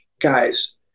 guys